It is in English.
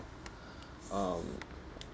um